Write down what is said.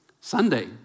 Sunday